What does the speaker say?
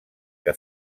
que